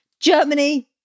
Germany